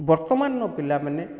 ବର୍ତ୍ତମାନ ର ପିଲାମାନେ